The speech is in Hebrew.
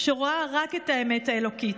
שרואה רק את האמת האלוקית.